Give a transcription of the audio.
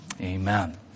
amen